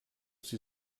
sie